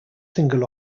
single